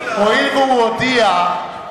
הואיל והוא הודיע,